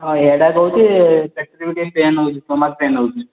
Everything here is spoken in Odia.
ହଁ ହେଡ଼୍ ଆକ୍ ହେଉଛି ପେଟରେ ବି ଟିକେ ପେନ୍ ହେଉଛି ଷ୍ଟୋମାକ୍ ପେନ୍ ହେଉଛି